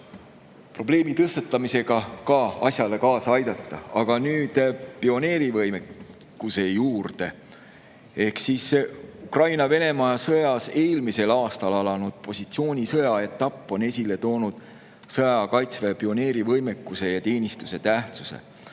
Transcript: probleemi tõstatamisega asjale kaasa aidata. Aga nüüd pioneerivõimekuse juurde. Ukraina-Venemaa sõjas eelmisel aastal alanud positsioonisõja etapp on esile toonud sõjaaja kaitseväe pioneerivõimekuse ja ‑teenistuse tähtsuse.